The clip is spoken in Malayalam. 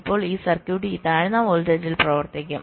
ഇപ്പോൾ ഈ സർക്യൂട്ട് ഈ താഴ്ന്ന വോൾട്ടേജിൽ പ്രവർത്തിക്കും